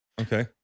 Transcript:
Okay